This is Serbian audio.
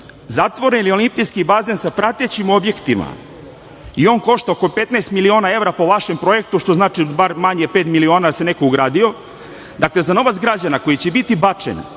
zatvoreni olimpijski bazen sa pretećim objektima i on košta oko 15 miliona evra po vašem projektu, što znači bar manje pet miliona jer se neko ugradi. Dakle, za novac građana koji će biti bačen